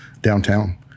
downtown